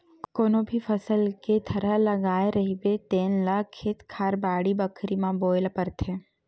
कोनो भी फसल के थरहा लगाए रहिबे तेन ल खेत खार, बाड़ी बखरी म बोए ल परथे